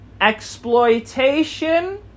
exploitation